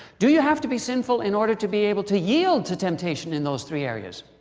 do you have to be sinful in order to be able to yield to temptation. in those three areas?